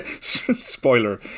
spoiler